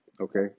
okay